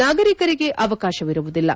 ನಾಗರಿಕರಿಗೆ ಅವಕಾಶವಿರುವುದಿಲ್ಲ